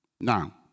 Now